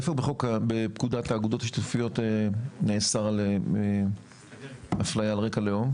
איפה בפקודת האגודות השיתופיות נאסר על אפליה על רקע לאום?